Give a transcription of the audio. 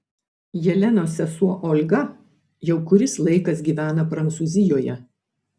jelenos sesuo olga jau kuris laikas gyvena prancūzijoje